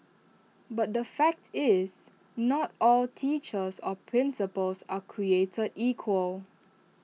but the fact is not all teachers or principals are created equal